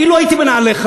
אילו הייתי בנעליך